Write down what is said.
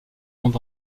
monde